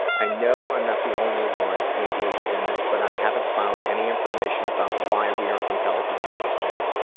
i know i'm not the only one who engages in this but i haven't found any information about why we are compelled to do these things.